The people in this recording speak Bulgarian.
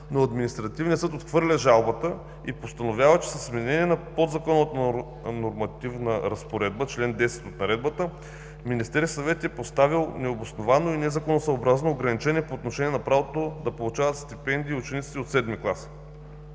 но Административният съд отхвърля жалбата и постановява, че с изменение на подзаконовата нормативна разпоредба – чл. 10 от Наредбата, Министерският съвет е поставил необосновано и незаконосъобразно ограничение по отношение на правото да получават стипендии и учениците от VII клас,